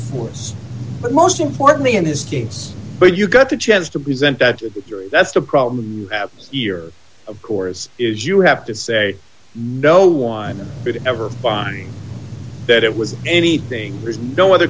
force but most importantly in his gates but you got the chance to present that that's the problem here of course is you have to say no one would ever find that it was anything there's no other